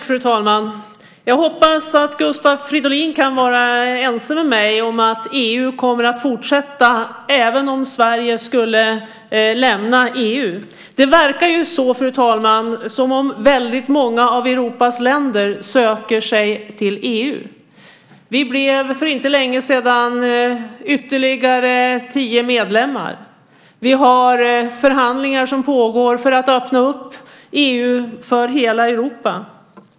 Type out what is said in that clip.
Fru talman! Jag hoppas att Gustav Fridolin kan vara ense med mig om att EU kommer att fortsätta även om Sverige skulle lämna EU. Det verkar ju, fru talman, som om väldigt många av Europas länder söker sig till EU. Vi blev för inte länge sedan ytterligare tio medlemmar i EU. Förhandlingar pågår för att öppna EU för hela Europa.